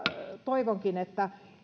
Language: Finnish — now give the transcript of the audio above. toivonkin että